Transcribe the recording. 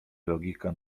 logika